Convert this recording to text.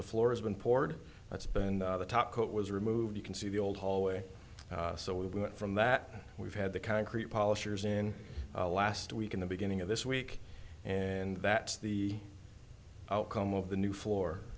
the floor has been poured that's been the top coat was removed you can see the old hallway so we went from that we've had the concrete polishers in the last week in the beginning of this week and that's the outcome of the new floor